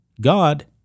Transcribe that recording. God